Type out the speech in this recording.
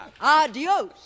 Adios